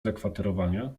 zakwaterowania